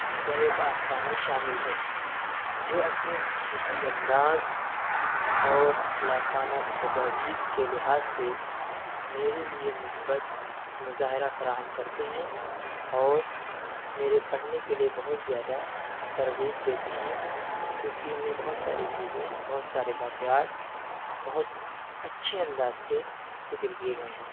آگرے کا افسانہ شامل ہیں جو اپنی خصوصی انداز اور اخلاقانہ تجاویز کے لحاظ سے میرے لیے مثبت مظاہرہ فراہم کرتے ہیں اور میرے پڑھنے کے لیے بہت زیادہ ترغیب دیتے ہیں کیونکہ ان میں بہت ساری چیزیں بہت سارے واقعات بہت اچھے انداز سے ذکر کیے گئے ہیں